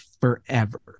forever